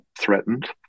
threatened